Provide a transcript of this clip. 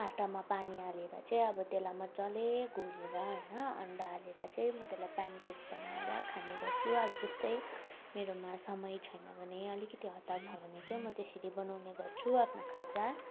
आटामा पानी हालेर चाहिँ अब त्यसलाई मज्जाले घोलेर होइन अन्डा हालेर चाहिँ म त्यसलाई पेन केक बनाएर खाने गर्छु अब त्यस्तै मेरोमा समय छैन भने अलिकति हतार छ भने म त्यसरी बनाउने गर्छु आफ्नो खाजा